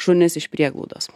šunis iš prieglaudos